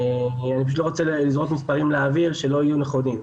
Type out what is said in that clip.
אני פשוט לא רוצה לזרוק מספרים לאוויר שלא יהיו נכונים.